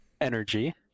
energy